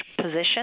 position